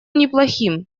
неплохим